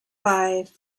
five